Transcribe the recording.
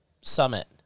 summit